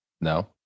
No